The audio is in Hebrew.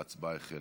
ההצבעה החלה.